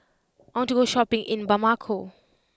I want to go shopping in Bamako